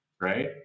Right